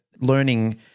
learning